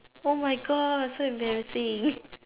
oh my god so embarrassing